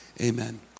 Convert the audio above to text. Amen